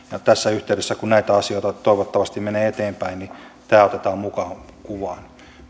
tässä yhteydessä kun näitä asioita toivottavasti menee eteenpäin tämä otetaan mukaan kuvaan